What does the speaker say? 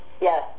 yes